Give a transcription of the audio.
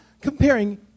comparing